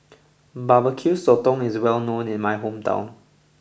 Bbq Sotong is well known in my hometown